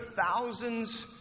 thousands